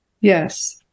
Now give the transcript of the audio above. Yes